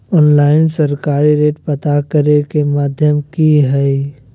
Online सरकारी rate पता करे के माध्यम की हय?